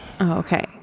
Okay